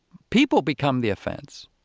people become the offense.